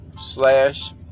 slash